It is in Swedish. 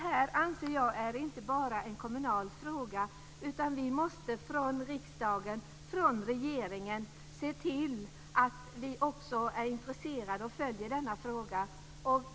Jag anser att detta inte bara är en kommunal fråga, utan vi måste se till att vi också från riksdagen och regeringen är intresserade och följer denna fråga.